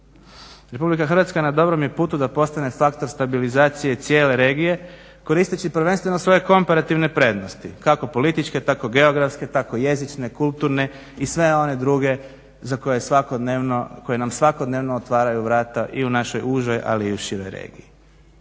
Republika Hrvatska na dobrom je putu da postane faktor stabilizacije cijele regije koristeći prvenstveno svoje komparativne prednosti, kako političke tako geografske, tako jezične, kulturne i sve one druge koje nam svakodnevno otvaraju vrata i u našoj užoj, ali i u široj regiji.